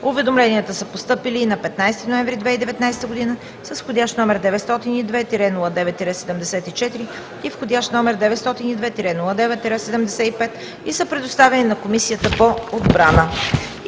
Уведомленията са постъпили на 15 ноември 2019 г., с входящ № 902-09-74, входящ № 902-09-75, и са предоставени на Комисията по отбрана.